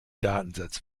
datensatz